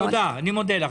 אני מודה לך.